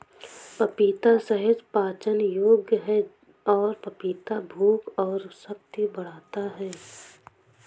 पपीता सहज पाचन योग्य है और पपीता भूख और शक्ति बढ़ाता है